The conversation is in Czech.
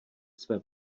své